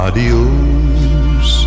Adios